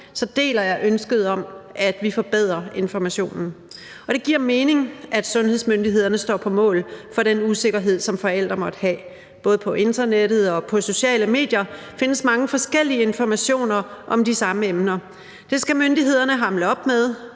så deler jeg ønsket om, at vi forbedrer informationen. Det giver mening, at sundhedsmyndighederne står på mål for den usikkerhed, som forældre måtte have. Både på internettet og på sociale medier findes mange forskellige informationer om de samme emner. Det skal myndighederne hamle op med